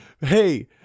hey